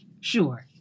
sure